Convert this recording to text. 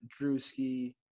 Drewski